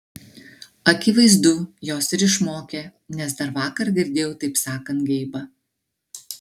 akivaizdu jos ir išmokė nes dar vakar girdėjau taip sakant geibą